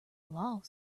lost